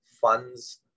funds